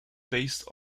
based